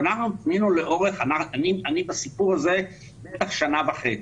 אני בסיפור הזה בערך שנה וחצי,